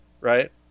right